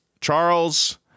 charles